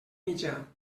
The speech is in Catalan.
mitjà